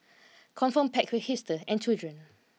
confirm packed with hipsters and children